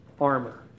armor